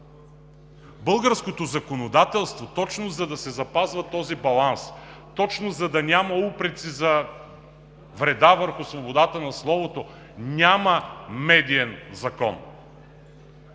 българското законодателство, точно за да се запазва този баланс, точно за да няма упреци за вреда върху свободата на словото, няма медиен закон.